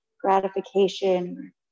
gratification